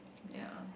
ya